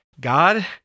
God